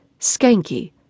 skanky